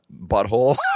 butthole